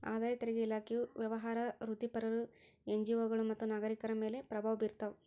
ಆದಾಯ ತೆರಿಗೆ ಇಲಾಖೆಯು ವ್ಯವಹಾರ ವೃತ್ತಿಪರರು ಎನ್ಜಿಒಗಳು ಮತ್ತು ನಾಗರಿಕರ ಮೇಲೆ ಪ್ರಭಾವ ಬೀರ್ತಾವ